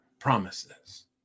promises